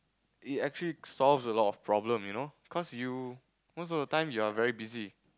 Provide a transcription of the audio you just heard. it actually solves a lot of problem you know cause you most of the time you are very busy